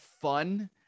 fun